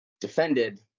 defended